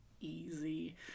easy